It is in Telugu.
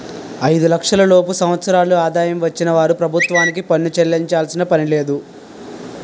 ఐదు లక్షల లోపు సంవత్సరాల ఆదాయం వచ్చిన వారు ప్రభుత్వానికి పన్ను చెల్లించాల్సిన పనిలేదు